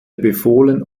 befohlen